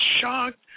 shocked